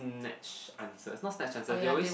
snatch answers not snatch answers they always